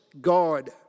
God